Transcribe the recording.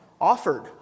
offered